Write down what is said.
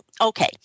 Okay